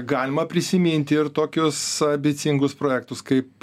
galima prisiminti ir tokius ambicingus projektus kaip